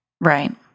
Right